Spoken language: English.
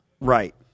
Right